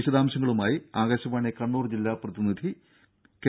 വിശദാംശങ്ങളുമായി ആകാശവാണി കണ്ണൂർ ജില്ലാ പ്രതിനിധി കെ